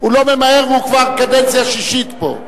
לא מבין על מה אתה מדבר.